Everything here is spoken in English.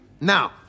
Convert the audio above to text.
Now